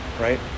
Right